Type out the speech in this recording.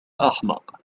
أحمق